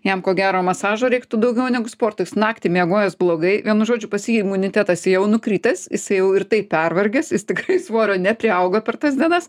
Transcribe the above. jam ko gero masažo reiktų daugiau negu sporto jis naktį miegojęs blogai vienu žodžiu pas jį imunitetas jau nukritęs jisai jau ir taip pervargęs jis tikrai svorio nepriaugo per tas dienas